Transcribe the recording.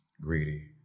Greedy